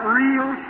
real